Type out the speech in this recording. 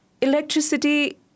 Electricity